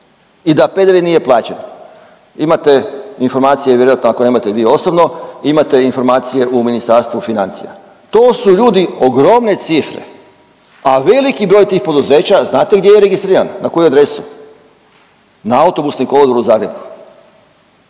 i da PDV nije plaćen. Imate informacije vjerojatno, ako nemate vi osobno, imate informacije u Ministarstvu financija. To su ljudi ogromne cifre, a veliki broj tih poduzeća znate gdje je registriran, na koju adresu? Na autobusni kolodvor u Zagrebu.